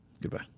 Goodbye